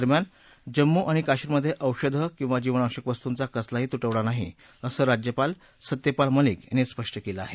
दरम्यान जम्मू आणि काश्मीरमध्ये औषधं किंवा जीवनावश्यक वस्तूंचा कसलाही तुटवडा नाही असं राज्यपाल सत्यपाल मलिक यांनी स्पष्ट केलं आहे